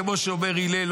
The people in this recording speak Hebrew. כמו שאומר הלל.